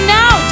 now